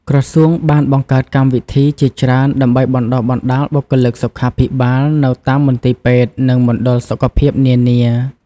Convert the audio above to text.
ក្រសួងបានបង្កើតកម្មវិធីជាច្រើនដើម្បីបណ្តុះបណ្តាលបុគ្គលិកសុខាភិបាលនៅតាមមន្ទីរពេទ្យ និងមណ្ឌលសុខភាពនានា។